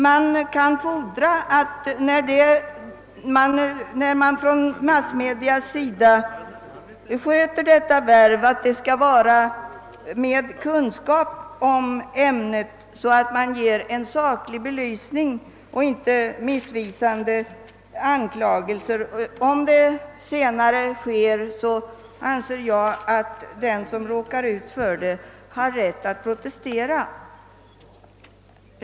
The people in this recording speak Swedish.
Man kan emellertid fordra att massmedia fyller denna uppgift med kunskap om ämnet, så att de ger en saklig upplysning och inte gör missvisande anklagelser. Om det senare är fallet anser jag att den som råkar ut för anklagelsen har rätt att protestera.